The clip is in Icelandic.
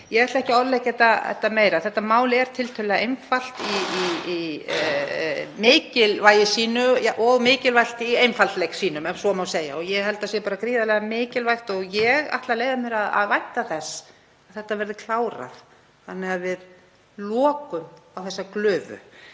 Ég ætla ekki að orðlengja þetta frekar. Þetta mál er tiltölulega einfalt í mikilvægi sínu og mikilvægt í einfaldleika sínum, ef svo má segja. Ég held að það sé gríðarlega mikilvægt, og ég ætla að leyfa mér að vænta þess, að þetta verði klárað þannig að við lokum á þessa glufu.